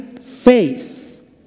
faith